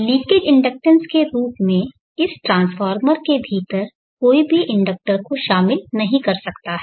leakage inductance के रूप में इस ट्रांसफार्मर के भीतर कोई भी इंडक्टर को शामिल नहीं कर सकता है